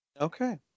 Okay